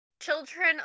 children